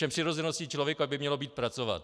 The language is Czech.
Ovšem přirozeností člověka by mělo být pracovat.